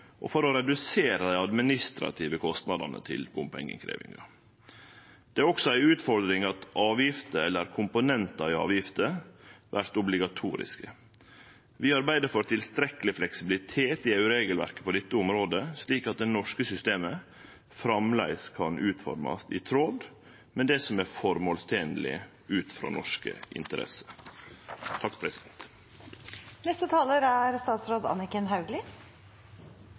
og for å redusere dei administrative kostnadane til bompengeinnkreving. Det er også ei utfordring at avgifter eller komponentar i avgifter vert obligatoriske. Vi arbeider for tilstrekkeleg fleksibilitet i EU-regelverket på dette området, slik at det norske systemet framleis kan utformast i tråd med det som er formålstenleg ut frå norske interesser.